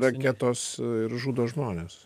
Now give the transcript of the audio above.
raketos ir žudo žmones